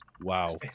wow